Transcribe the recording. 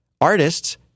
artists